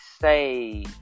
say